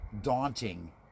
daunting